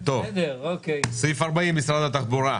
סעיף 40 משרד התחבורה.